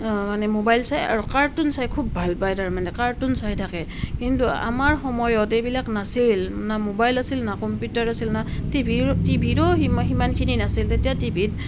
মানে মোবাইল চাই আৰু কাৰ্টুন চাই খুব ভাল পায় তাৰমানে কাৰ্টুন চাই থাকে কিন্তু আমাৰ সময়ত এইবিলাক নাছিল না মোবাইল আছিল না কম্পিউটাৰ আছিল না টিভি টিভিৰো সিমানখিনি নাছিল তেতিয়া টিভিত